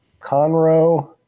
Conroe